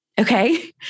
Okay